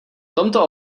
tomto